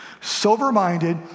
sober-minded